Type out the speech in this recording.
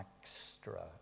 extra